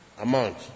amount